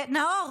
נאור,